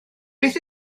beth